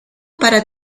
para